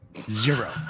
Zero